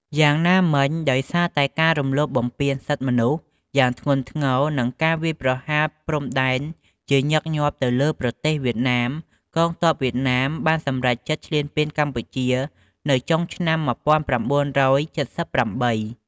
យ៉ាងណាមិញដោយសារតែការរំលោភបំពានសិទ្ធិមនុស្សយ៉ាងធ្ងន់ធ្ងរ និងការវាយប្រហារព្រំដែនជាញឹកញាប់ទៅលើប្រទេសវៀតណាម កងទ័ពវៀតណាមបានសម្រេចចិត្តឈ្លានពានកម្ពុជានៅចុងឆ្នាំ១៩៧៨។